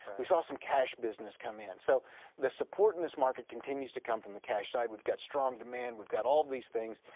we saw some cash business come in. so the support in this market continues to come from the cash side. we've got strong demand. we've got all of these things.